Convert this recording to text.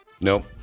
Nope